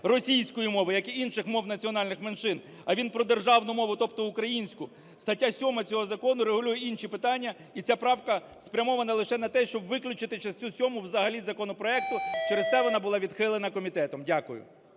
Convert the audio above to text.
російської мови, як і інших мов національних меншин, а він про державну мову, тобто українську, стаття 7 цього закону регулює інші питання, і ця правка спрямована лише на те, щоб виключити частину сьому взагалі із законопроекту, через те вона була відхилена комітетом.